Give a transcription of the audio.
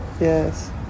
Yes